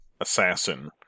assassin